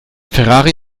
ferrari